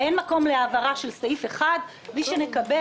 אין מקום להעברה של סעיף אחד בלי שנקבל